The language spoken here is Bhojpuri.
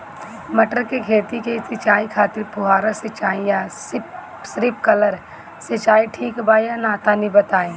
मटर के खेती के सिचाई खातिर फुहारा सिंचाई या स्प्रिंकलर सिंचाई ठीक बा या ना तनि बताई?